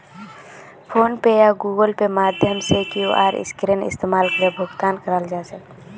phone पे या Google पेर माध्यम से क्यूआर स्कैनेर इस्तमाल करे भुगतान कराल जा छेक